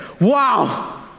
Wow